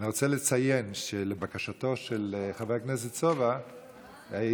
אני רוצה לציין שלבקשתו של חבר הכנסת סובה התערבתי.